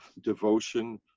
devotion